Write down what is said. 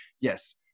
yes